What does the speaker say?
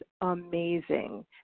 amazing